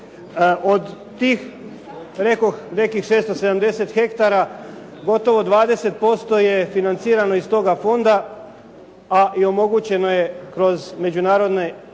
Od tih, rekoh, nekih 670 hektara gotovo 20% je financirano iz toga fonda a i omogućeno je kroz međunarodne izvore